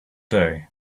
day